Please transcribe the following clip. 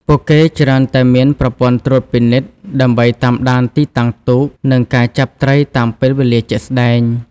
ពួកគេច្រើនតែមាន ប្រព័ន្ធត្រួតពិនិត្យ ដើម្បីតាមដានទីតាំងទូក និងការចាប់ត្រីតាមពេលវេលាជាក់ស្តែង។